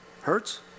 hurts